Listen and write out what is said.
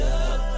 up